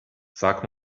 sag